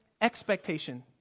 expectation